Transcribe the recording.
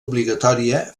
obligatòria